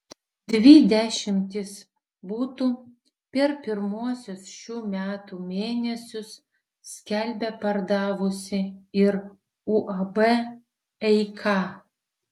dvi dešimtis butų per pirmuosius šių metų mėnesius skelbia pardavusi ir uab eika